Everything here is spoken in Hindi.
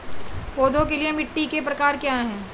पौधों के लिए मिट्टी के प्रकार क्या हैं?